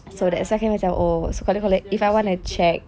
ya that's the risk that you have to take